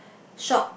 shop